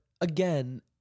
again